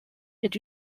est